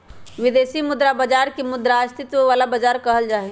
विदेशी मुद्रा बाजार के मुद्रा स्थायित्व वाला बाजार कहल जाहई